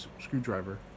screwdriver